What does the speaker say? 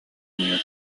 иһэр